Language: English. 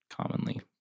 commonly